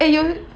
eh you